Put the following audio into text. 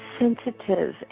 sensitive